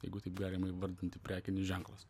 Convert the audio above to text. jeigu taip galima įvardinti prekinis ženklas